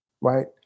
right